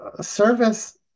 service